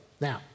Now